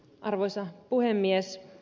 arvoisa puhemies